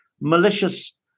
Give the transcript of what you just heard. malicious